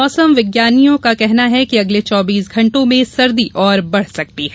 मौसम विज्ञानियों का कहना है कि अगले चौबीस घण्टों में सर्दी और बढ़ सकती है